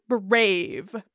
brave